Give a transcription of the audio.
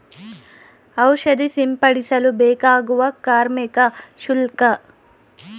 ಔಷಧಿ ಸಿಂಪಡಿಸಲು ಬೇಕಾಗುವ ಕಾರ್ಮಿಕ ಶುಲ್ಕ?